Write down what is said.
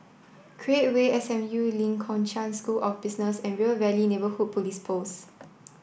create Way S M U Lee Kong Chian School of Business and River Valley Neighbourhood Police Post